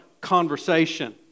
conversation